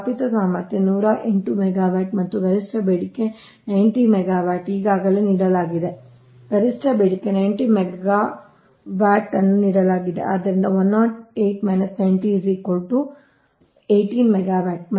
ಸ್ಥಾಪಿತ ಸಾಮರ್ಥ್ಯ 108 ಮೆಗಾವ್ಯಾಟ್ ಮತ್ತು ಗರಿಷ್ಠ ಬೇಡಿಕೆ 90 ಮೆಗಾವ್ಯಾಟ್ ಈಗಾಗಲೇ ನೀಡಲಾಗಿದೆ ಗರಿಷ್ಠ ಬೇಡಿಕೆ 90 ಮೆಗಾವ್ಯಾಟ್ ನ್ನು ನೀಡಲಾಗಿದೆ ಆದ್ದರಿಂದ 108 90 ಅಂದರೆ 18 ಮೆಗಾವ್ಯಾಟ್